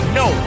no